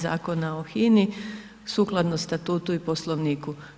Zakona o Hini sukladno statutu i poslovniku.